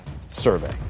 survey